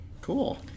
Cool